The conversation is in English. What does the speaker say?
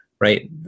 right